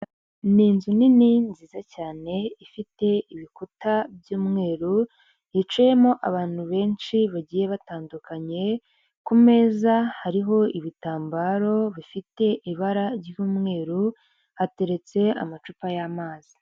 Ni inzu nini nziza cyane, ifite ibikuta by'umweru, hicayemo abantu benshi bagiye batandukanye, ku meza hariho ibitambaro bifite ibara ry'umweru, hateretse amacupa y'amazi.